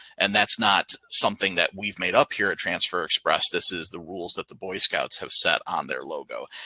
and that's not something that we've made up here at transfer express. this is the rules that the boy scouts have set on their logo.